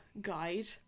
guide